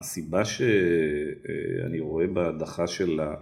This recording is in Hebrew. הסיבה שאני רואה בהדחה של ה..